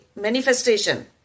manifestation